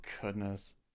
goodness